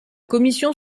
commission